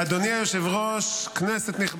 חבר הכנסת,